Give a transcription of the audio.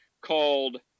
called